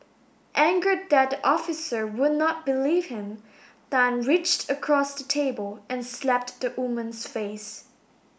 angered that the officer would not believe him Tan reached across the table and slapped the woman's face